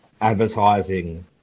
advertising